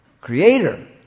creator